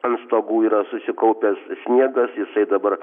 ant stogų yra susikaupęs sniegas jisai dabar